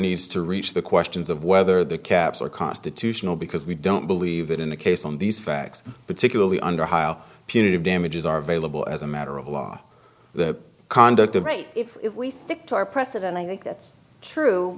needs to reach the questions of whether the caps are constitutional because we don't believe that in the case on these facts particularly under hile punitive damages are available as a matter of law the conduct of rape if we stick to our precedent i think that's true